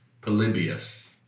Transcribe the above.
Polybius